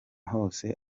hose